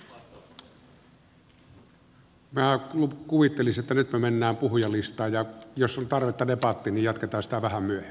minä kuvittelisin että nyt me menemme puhujalistaan ja jos on tarvetta debattiin niin jatketaan sitä vähän myöhemmin